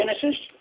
Genesis